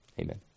Amen